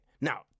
now